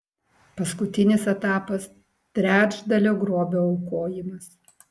paskutinis etapas trečdalio grobio aukojimas